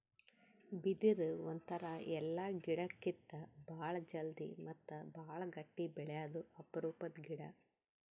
ಬಿದಿರ್ ಒಂಥರಾ ಎಲ್ಲಾ ಗಿಡಕ್ಕಿತ್ತಾ ಭಾಳ್ ಜಲ್ದಿ ಮತ್ತ್ ಭಾಳ್ ಗಟ್ಟಿ ಬೆಳ್ಯಾದು ಅಪರೂಪದ್ ಗಿಡಾ